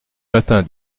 matin